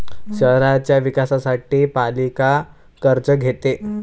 शहराच्या विकासासाठी पालिका कर्ज घेते